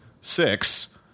six